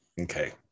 Okay